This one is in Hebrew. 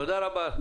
תודה רבה.